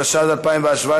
התשע"ז 2017,